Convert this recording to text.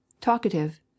Talkative